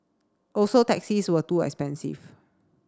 also taxis were too expensive